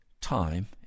time